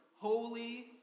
Holy